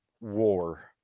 war